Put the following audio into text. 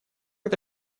это